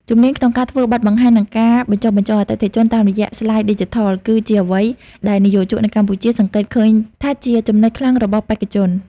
ជំនាញក្នុងការធ្វើបទបង្ហាញ និងការបញ្ចុះបញ្ចូលអតិថិជនតាមរយៈស្លាយឌីជីថល គឺជាអ្វីដែលនិយោជកនៅកម្ពុជាសង្កេតឃើញថាជាចំណុចខ្លាំងរបស់បេក្ខជន។